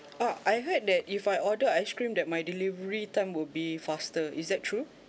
ah I heard that if I order ice cream that my delivery time will be faster is that true